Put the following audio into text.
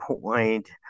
point